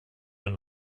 den